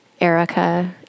Erica